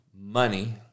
Money